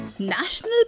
National